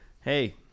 hey